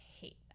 hate